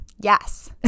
Yes